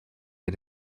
wir